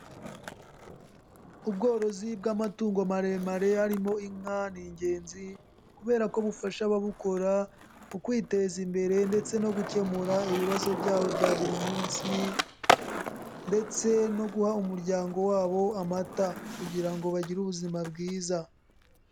Ubworozi bw'amatungo maremare harimo inka ni ingenzi kubera ko bufasha ababukora ukwiteza imbere ndetse no gukemura ibibazo byabo bya buri munsi ndetse no guha umuryango wabo amata kugira ngo bagire ubuzima bwiza.